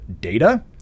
data